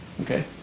okay